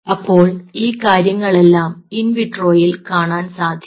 അപ്പോൾ ഈ കാര്യങ്ങളെല്ലാം ഇൻവിട്രോ യിൽ കാണാൻ സാധിക്കും